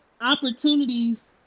opportunities